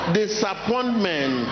disappointment